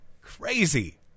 Crazy